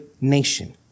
nation